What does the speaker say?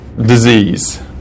disease